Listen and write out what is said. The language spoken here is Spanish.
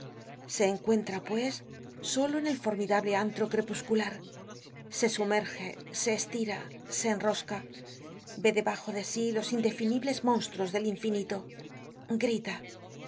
se encuentra pues solo en el formidable antro crepuscular se sumerge se estira se enrosca ve debajo de sí los indefinibles monstruos del infinito grita ya